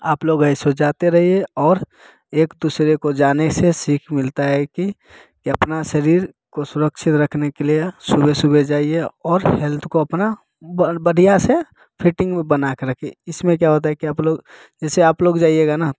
आप लोग ऐसे जाते रहिए और एक दूसरे को जाने से सीख मिलता है कि अपना शरीर को सुरक्षित रखने के लिए सुबह सुबह जाइए और हेल्थ को अपना बढ़िया से फिटिंग बनाकर रखिए इसमें क्या होता है कि आप लोग जैसे आप लोग जाएगा ना